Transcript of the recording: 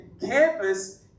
campus